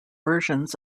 versions